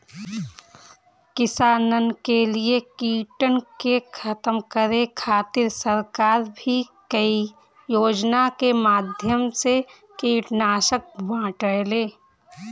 किसानन के लिए कीटन के खतम करे खातिर सरकार भी कई योजना के माध्यम से कीटनाशक बांटेले